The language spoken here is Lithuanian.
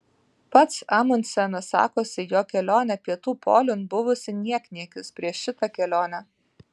pats amundsenas sakosi jo kelionė pietų poliun buvusi niekniekis prieš šitą kelionę